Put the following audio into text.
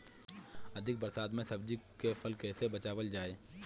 अधिक बरसात में सब्जी के फसल कैसे बचावल जाय?